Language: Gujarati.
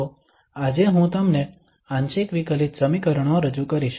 તો આજે હું તમને આંશિક વિકલિત સમીકરણો રજૂ કરીશ